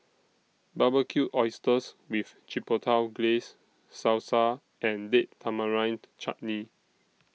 Barbecued Oysters with Chipotle Glaze Salsa and Date Tamarind Chutney